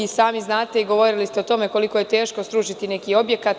Sami znate, i govorili ste o tome koliko je teško srušiti neki objekat.